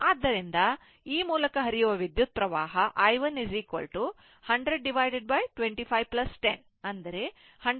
ಆದ್ದರಿಂದ ಈ ಮೂಲಕ ಹರಿಯುವ ವಿದ್ಯುತ್ ಹರಿವು i 1 100 25 10100 35 ಆಗುತ್ತದೆ